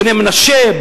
בני מנשה,